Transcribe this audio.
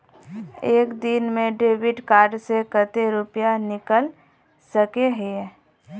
एक दिन में डेबिट कार्ड से कते रुपया निकल सके हिये?